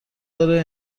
داره